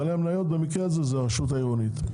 בעלי המניות במקרה הזה זה הרשות העירונית.